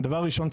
דבר ראשון,